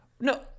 No